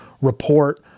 report